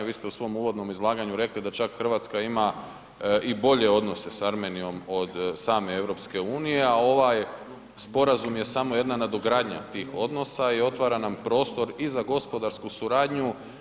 Vi ste u svom uvodnom izlaganju rekli da čak Hrvatska ima i bolje odnose sa Armenijom od same EU, a ovaj sporazum je samo jedna nadogradnja tih odnosa i otvara nam prostor i za gospodarsku suradnju.